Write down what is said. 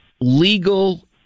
legal